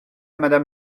madame